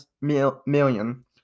million